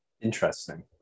Interesting